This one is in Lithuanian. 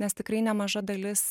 nes tikrai nemaža dalis